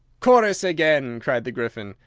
chorus again! cried the gryphon,